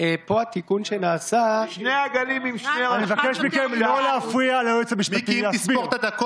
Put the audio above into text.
ופתיחת עסקים בשבת במקומות שלא מפריעים לאנשים שומרי מסורת.